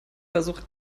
versuche